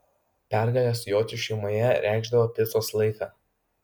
pergalės jocių šeimoje reikšdavo picos laiką